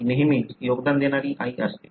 ती नेहमीच योगदान देणारी आई असते